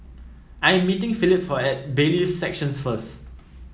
I'm meeting Philip at Bailiffs' Section first